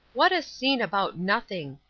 what a scene about nothing,